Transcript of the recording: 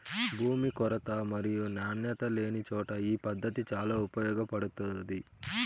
భూమి కొరత మరియు నాణ్యత లేనిచోట ఈ పద్దతి చాలా ఉపయోగపడుతాది